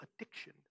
addiction